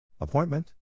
Appointment